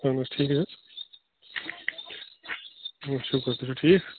اَہن حظ ٹھیٖکھٕے حظ شُکُر تُہۍ چھو ٹھیٖک